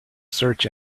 search